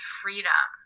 freedom